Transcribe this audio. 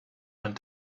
went